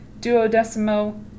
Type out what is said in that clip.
duodecimo